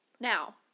Now